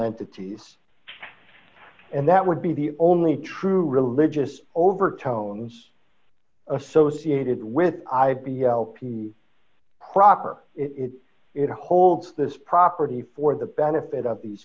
entities and that would be the only true religious overtones associated with i p o proper it it holds this property for the benefit of these